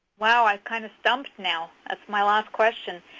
wow, i'm kind of stumped now. that's my last question.